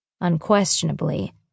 Unquestionably